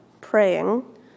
praying